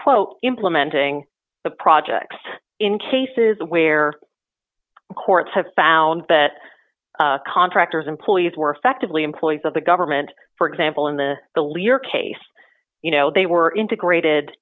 quote implementing the project in cases where courts have found that contractors employees were effectively employees of the government for example in the the lear case you know they were integrated